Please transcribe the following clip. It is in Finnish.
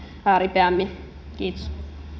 jo ripeämmin kiitos